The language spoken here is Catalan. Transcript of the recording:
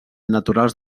naturals